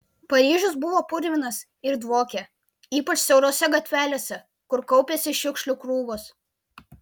paryžius buvo purvinas ir dvokė ypač siaurose gatvelėse kur kaupėsi šiukšlių krūvos